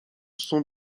sont